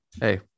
Hey